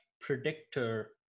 predictor